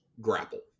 Grapple